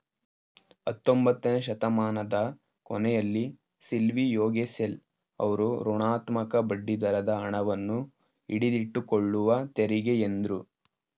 ಹತ್ತೊಂಬತ್ತನೆ ಶತಮಾನದ ಕೊನೆಯಲ್ಲಿ ಸಿಲ್ವಿಯೋಗೆಸೆಲ್ ಅವ್ರು ಋಣಾತ್ಮಕ ಬಡ್ಡಿದರದ ಹಣವನ್ನು ಹಿಡಿದಿಟ್ಟುಕೊಳ್ಳುವ ತೆರಿಗೆ ಎಂದ್ರು